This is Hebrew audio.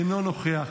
אינו נוכח.